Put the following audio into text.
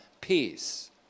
peace